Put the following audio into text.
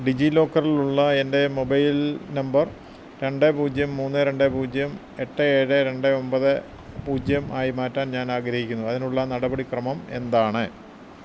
ഡിജിലോക്കറിലുള്ള എൻ്റെ mobile number രണ്ട് പൂജ്യം മൂന്ന് രണ്ട് പൂജ്യം എട്ട് ഏഴ് രണ്ട് ഒമ്പത് പൂജ്യം ആയി മാറ്റാൻ ഞാൻ ആഗ്രഹിക്കുന്നു അതിനുള്ള നടപടിക്രമം എന്താണ്